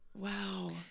Wow